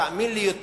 תאמין לי,